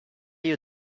you